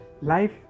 life